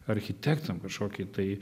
architektam kažkokį tai